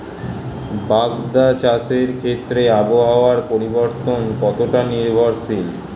বাগদা চাষের ক্ষেত্রে আবহাওয়ার পরিবর্তন কতটা নির্ভরশীল?